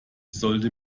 sollte